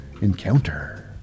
encounter